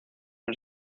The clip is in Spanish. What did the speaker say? los